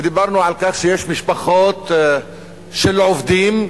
ודיברנו על כך שיש משפחות של עובדים,